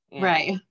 Right